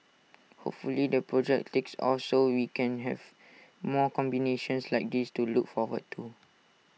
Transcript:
hopefully the project takes off so we can have more combinations like this to look forward to